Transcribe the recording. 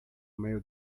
meio